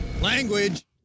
Language